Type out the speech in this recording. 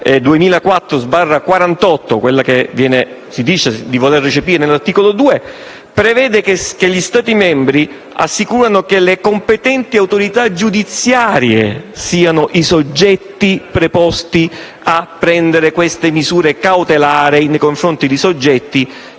2004/48 - quella che si dice di voler recepire all'articolo 2 - prevede che gli Stati membri assicurino che le competenti autorità giudiziarie siano i soggetti preposti a prendere tali misure cautelari nei confronti di soggetti